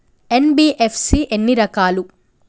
NBFC ఎన్ని రకాలు?